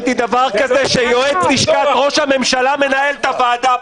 שיועץ לשכת ראש הממשלה מנהל את הוועדה.